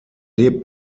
lebt